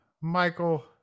Michael